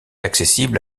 accessible